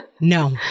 No